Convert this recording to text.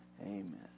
Amen